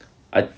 I